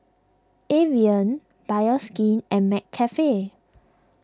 Evian Bioskin and McCafe